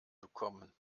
bekommen